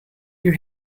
you